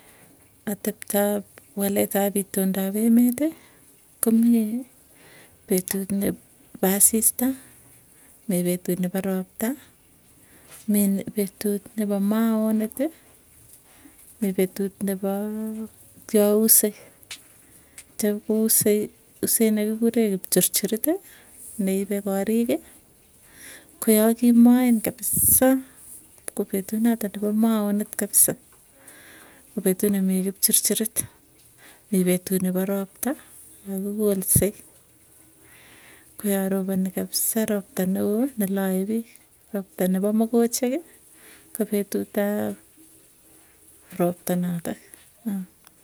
Ateptop walet ap itundap emeti komii petut nepa asista mii petut nepo ropta, mii petut nepo maoneti, mii petut nepo kiausek. Chepkousei usee nekikuree kipchurchuriti neipe koriki, koyakimaen kapisaa, ko petut notok nepo maonet kapisa kopetun nemii kipchurchurit mii petut nepo ropta, yakikolsei koyaropani kabsa ropta neoo nelae piik ropta nepa mokocheki ko petuut ap ropta natok.